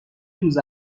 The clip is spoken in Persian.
روز